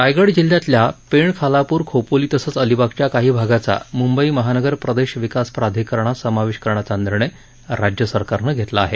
रायगड जिल्हयातल्या पेण खालापूर खोपोली तसंच अलिबागच्या काही भागाचा मुंबई महानगर प्रदेश विकास प्राधिकरणात समावेश करण्याचा निर्णय राज्य सरकारनं घेतला आहे